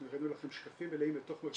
אנחנו הראינו לכם שקפים מלאים בתוך מרכב"ה.